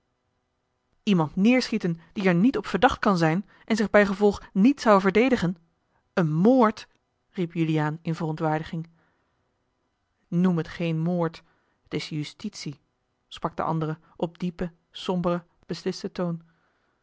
iemand neêrschieten die er niet op verdacht kan zijn en zich bijgevolg niet zou verdedigen een moord riep juliaan in verontwaardiging noem het geen moord t is justitie sprak de andere op diepen somberen beslisten toon